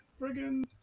friggin